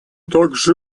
также